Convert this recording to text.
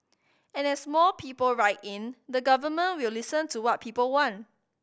and as more people write in the Government will listen to what people want